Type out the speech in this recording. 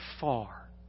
far